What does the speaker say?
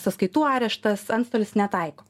sąskaitų areštas antstolis netaiko